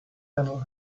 handle